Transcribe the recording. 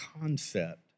concept